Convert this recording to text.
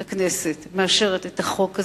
את הכנסת מאשרת את החוק הזה.